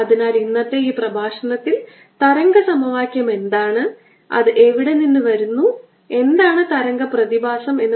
അതിനാൽ ഇത് ആരം ക്യാപിറ്റൽ R ആണ് ഒരു സിലിണ്ടർ ചാർജ് ഡെൻസിറ്റി rho വഹിക്കുന്നു